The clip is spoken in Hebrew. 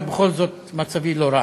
ובכל זאת מצבי לא רע,